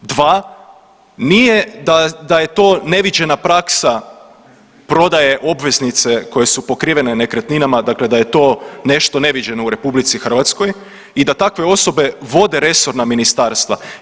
Dva, nije da je to neviđena praksa prodaje obveznice koje su pokrivene nekretninama, dakle da je to nešto neviđeno u RH i da takve osobe vode resorna ministarstva.